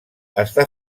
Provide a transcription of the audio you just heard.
està